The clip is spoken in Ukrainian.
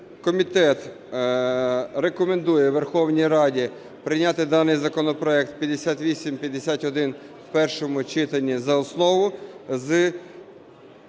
Комітет рекомендує Верховній Раді прийняти даний законопроект 5851 в першому читанні за основу з